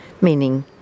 meaning